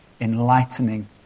enlightening